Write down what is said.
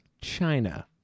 China